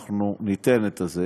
אנחנו ניתן את זה.